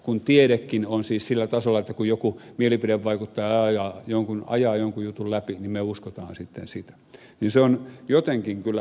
kun tiedekin on siis sillä tasolla että kun joku mielipidevaikuttaja ajaa jonkun jutun läpi niin me uskomme sitten sitä se on jotenkin kyllä